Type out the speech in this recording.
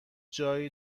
جایی